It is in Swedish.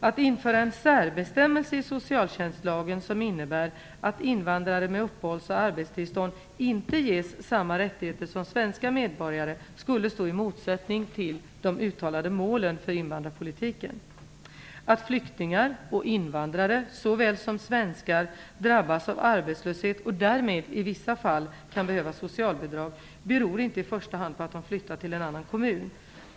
Att införa en särbestämmelse i socialtjänstlagen som innebär att invandrare med uppehålls och arbetstillstånd inte ges samma rättigheter som svenska medborgare skulle stå i motsättning till de uttalade målen för invandrarpolitiken. Att flyktingar och invandrare såväl som svenskar drabbas av arbetslöshet och därmed i vissa fall kan behöva socialbidrag beror inte i första hand på att de flyttat till en annan kommun.